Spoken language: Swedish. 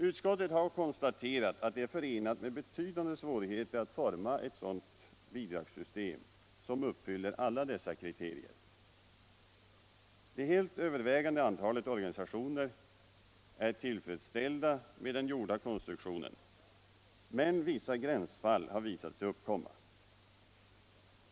Utskottet har konstaterat att det är förenat med betydande svårigheter att forma ett sådant bidragssystem som uppfyller alla dessa kriterier. Det helt övervägande antalet organisationer är helt tillfredsställt med den gjorda konstruktionen, men vissa gränsfall har visat sig uppkomma.